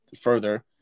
further